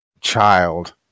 child